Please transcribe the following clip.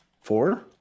four